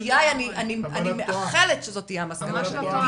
אני מאחלת שזו תהיה המסקנה שנגיע